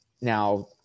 Now